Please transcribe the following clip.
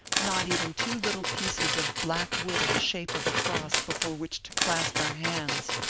not even two little pieces of black wood in the shape of a cross before which to clasp our hands.